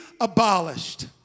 abolished